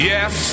Yes